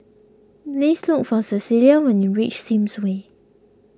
please look for Cecelia when you reach Sims Way